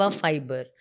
fiber